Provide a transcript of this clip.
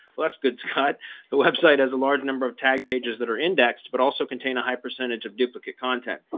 well, that's good cut. the website has a large number of tag pages that are indexed, but also contain a high percentage of duplicate content.